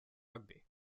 rugby